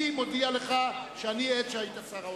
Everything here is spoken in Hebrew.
אני מודיע לך שאני עד שהיית שר האוצר.